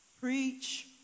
preach